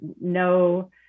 no